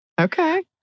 Okay